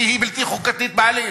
כי היא בלתי חוקתית בעליל,